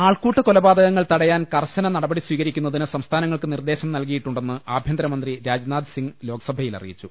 ആൾകൂട്ട കൊലപാതകങ്ങൾ തടയാൻ കർശന നടപടി സ്വീക രിക്കുന്നതിന് സംസ്ഥാനങ്ങൾക്ക് നിർദ്ദേശം നൽകിയിട്ടുണ്ടെന്ന് ആഭ്യന്തരമന്ത്രി രാജ്നാഥ് സിംഗ് ലോക്സഭയിൽ അറിയിച്ചു